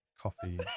Coffee